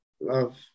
Love